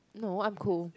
no I'm cool